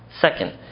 Second